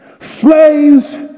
Slaves